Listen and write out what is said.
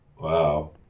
Wow